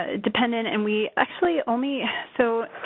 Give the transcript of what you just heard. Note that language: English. ah dependent and we actually only so,